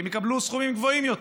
כי הם יקבלו סכומים גבוהים יותר,